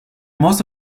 most